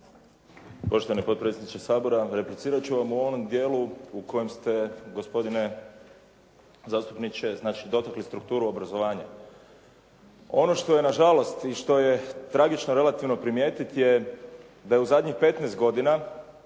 Poštovani potpredsjedniče Sabora. Replicirati ću vam u onom dijelu u kojem ste gospodine zastupniče znači dotakli strukturu obrazovanja. Ono što je nažalost i što je tragično relativno primjetiti je da je u zadnjih 15 godina